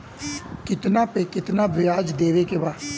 कितना पे कितना व्याज देवे के बा?